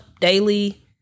daily